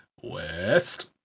west